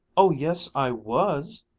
oh yes, i was!